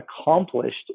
accomplished